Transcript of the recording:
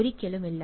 ഒരിക്കലുമില്ല